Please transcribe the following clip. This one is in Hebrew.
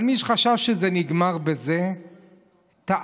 אבל מי שחשב שזה נגמר בזה, טעה.